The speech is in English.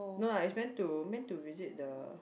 no lah is main to main to visit the